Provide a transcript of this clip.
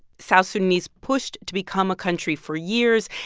south sudanese pushed to become a country for years.